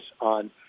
on